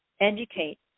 educate